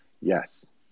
Yes